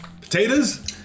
Potatoes